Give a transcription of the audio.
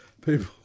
people